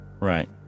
Right